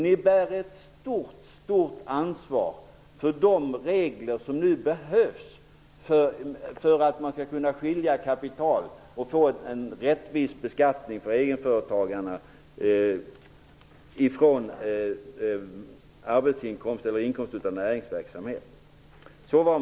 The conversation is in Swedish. Ni bär ett mycket stort ansvar för de regler som nu behövs för att man skall kunna skilja på reglerna för beskattning av kapital och få en rättvis beskattning av egenföretagarnas inkomst av näringsverksamhet.